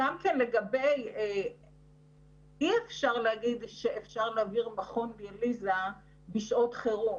אי אפשר לומר שאפשר להעביר מכון דיאליזה בשעות חירום,